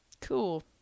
cool